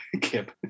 Kip